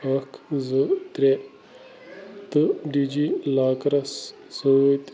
اکھ زٕ ترٛےٚ تہٕ ڈی جی لاکرَس سۭتۍ